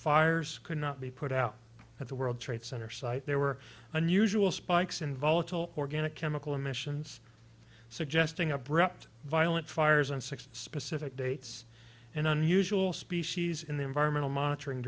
fires could not be put out at the world trade center site there were unusual spikes in volatile organic chemical emissions suggesting abrupt violent fires and six specific dates an unusual species in the environmental monitoring